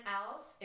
else